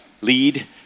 lead